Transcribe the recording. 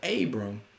Abram